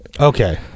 Okay